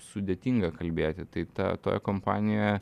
sudėtinga kalbėti tai ta toje kompanijoje